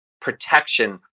protection